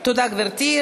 תודה, גברתי.